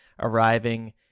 arriving